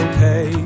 pay